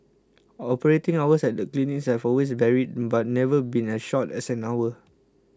operating hours at the clinics have always varied but never been as short as an hour